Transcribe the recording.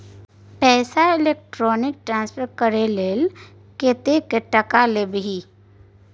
पैसा electronic transfer करय लेल कतेक टका लेबही